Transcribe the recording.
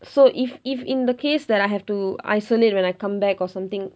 so if if in the case that I have to isolate when I come back or something